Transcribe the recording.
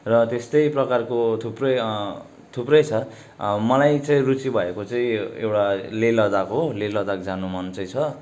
र त्यस्तै प्रकारको थुप्रै थुप्रै छ मलाई चाहिँ रुचि भएको चाहिँ एउटा लेह लद्दाख हो लेह लद्दाख जानु मन चाहिँ छ